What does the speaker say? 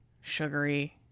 sugary